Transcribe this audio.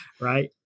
right